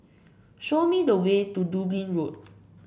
show me the way to Dublin Road